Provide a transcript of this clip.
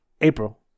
april